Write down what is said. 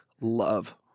love